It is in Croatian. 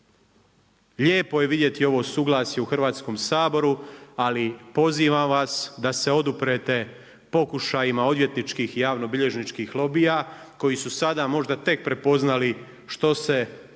Lijepo je vidjeti ovo suglasje u Hrvatskom saboru ali pozivam vas da se oduprete pokušajima odvjetničkih i javnobilježničkih lobija koji su sada možda tek prepoznali što se krije